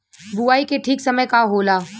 बुआई के ठीक समय का होला?